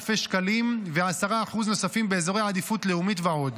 ל-100,000 שקלים ו-10% נוספים באזורי עדיפות לאומית ועוד.